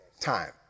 time